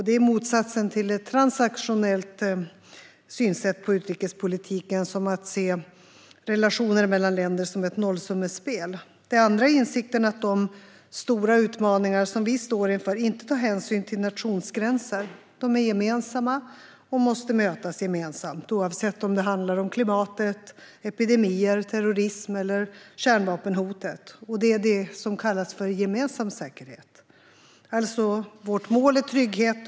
Det är motsatsen till ett transaktionellt synsätt på utrikespolitiken, som att se relationer mellan länder som ett nollsummespel. Den andra insikten är att de stora utmaningar som vi står inför inte tar hänsyn till nationsgränser. De är gemensamma och måste mötas gemensamt, oavsett om det handlar om klimatet, epidemier, terrorism eller kärnvapenhotet. Det är det som kallas gemensam säkerhet. Vårt mål är alltså trygghet.